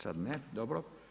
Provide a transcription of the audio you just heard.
Sad ne, dobro.